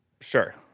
Sure